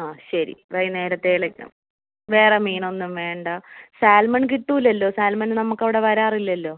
ആ ശരി വൈന്നേരത്തേലെയ്ക്ക വേറെ മീനൊന്നും വേണ്ട സാൽമൺ കിട്ടില്ലല്ലോ സാൽമൺ നമുക്കവിടെ വരാറില്ലല്ലോ